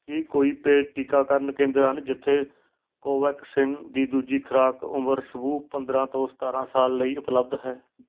ਕੀ ਕੋਈ ਪੇ ਟੀਕਾਕਰਨ ਕੇਂਦਰ ਹਨ ਜਿੱਥੇ ਕੋਵੈਕਸਿਨ ਦੀ ਦੂਜੀ ਖੁਰਾਕ ਉਮਰ ਸਮੂਹ ਪੰਦਰਾਂ ਤੋਂ ਸਤਾਰਾਂ ਸਾਲ ਲਈ ਉਪਲਬਧ ਹੈ